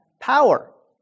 power